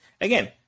again